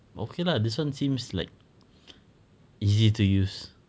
okay lah this one seems like easy to use